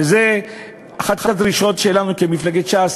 וזו אחת הדרישות שלנו כמפלגת ש"ס,